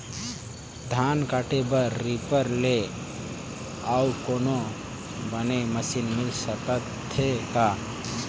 धान काटे बर रीपर ले अउ कोनो बने मशीन मिल सकथे का?